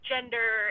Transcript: gender